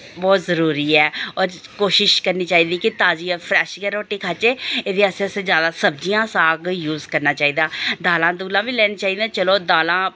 बहुत जरुरी ऐ और कोशिश करनी चाहिदी कि ताजी जां फ्रेश गै रुट्टी खाह्चै एह्दे आस्तै असें जैदा सब्जियां साग यूज करना चाहिदा दालां दूलां बी लैनी चाहिदियां चलो दालां